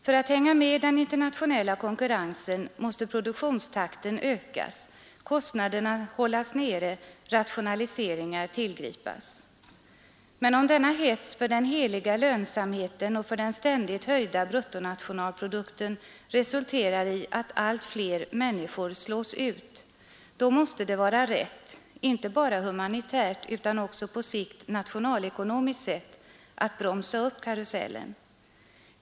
För att hänga med i den internationella konkurrensen måste produktionstakten ökas, kostnaderna hållas nere och rationaliseringar tillgripas. Men om denna hets för den heliga lönsamheten och för den ständigt höjda bruttonationalprodukten resulterar i att allt fler människor slås ut, så måste det vara rätt — inte bara humanitärt utan på sikt också nationalekonomiskt — att bromsa upp karusellen.